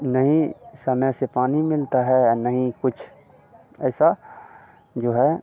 नहीं समय से पानी मिलता है औ न ही कुछ ऐसा जो है